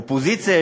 האופוזיציה,